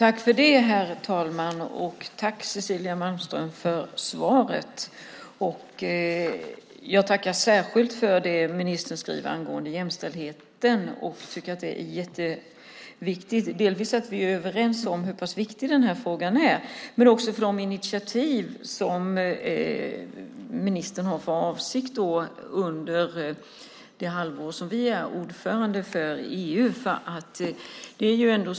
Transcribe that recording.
Herr talman! Jag vill tacka Cecilia Malmström för svaret, särskilt för det ministern säger om jämställdheten - det är mycket viktigt att vi är överens om hur viktig den frågan är - och också för ministerns initiativ avseende det halvår som Sverige är ordförande i EU.